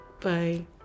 Bye